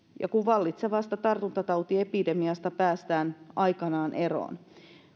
kun vallitsevasta tartuntatautiepidemiasta päästään aikanaan eroon